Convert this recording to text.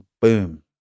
boom